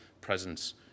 presence